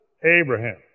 Abraham